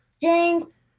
Jinx